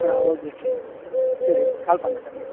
ஆ okay sir சரி call பண்ணுறேன் sir நான்